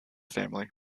family